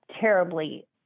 terribly